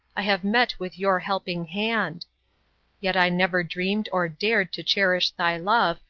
i have met with your helping hand yet i never dreamed or dared to cherish thy love,